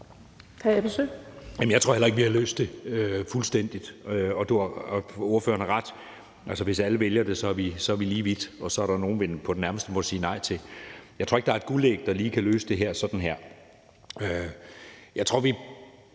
jeg tror heller ikke, at vi har løst det fuldstændigt. Og ordføreren har ret: Hvis alle vælger det, er vi lige vidt, og så er der nogen, vi på det nærmeste må sige nej til. Jeg tror ikke, at der er et columbusæg, der lige kan løse det sådan her. Men når jeg